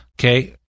okay